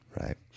Right